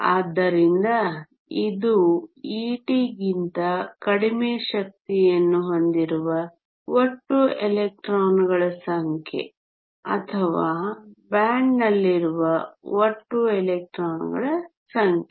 ಆದ್ದರಿಂದ ಇದು ET ಗಿಂತ ಕಡಿಮೆ ಶಕ್ತಿಯನ್ನು ಹೊಂದಿರುವ ಒಟ್ಟು ಎಲೆಕ್ಟ್ರಾನ್ಗಳ ಸಂಖ್ಯೆ ಅಥವಾ ಬ್ಯಾಂಡ್ನಲ್ಲಿರುವ ಒಟ್ಟು ಎಲೆಕ್ಟ್ರಾನ್ಗಳ ಸಂಖ್ಯೆ